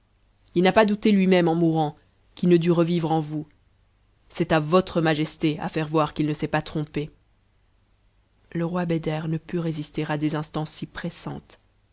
il n'a pas douté lui-même en mourant qu'il ne revivre en vous c'est à votre majesté à faire voir qu'i ne s'est pas trompe a le roi beder ne put résister à des instances si pressantes